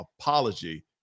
apology